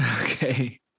Okay